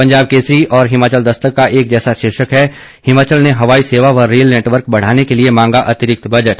पंजाब केसरी और हिमाचल दस्तक का एक जैसा शीर्षक है हिमाचल ने हवाई सेवा व रेल नेटवर्क बढ़ाने के लिए मांगा अतिरिक्त बजट